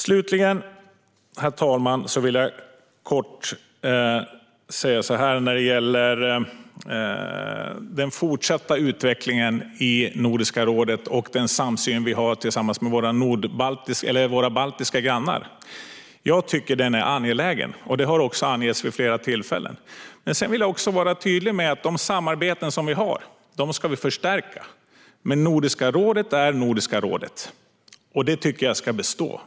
Slutligen, herr talman, vill jag säga något om den fortsatta utvecklingen i Nordiska rådet och den samsyn vi har med våra baltiska grannar. Jag tycker att den samsynen är angelägen. Det har angetts vid flera tillfällen. Men jag vill också vara tydlig med detta: Vi ska förstärka de samarbeten vi har, men Nordiska rådet är Nordiska rådet, och det tycker jag ska bestå.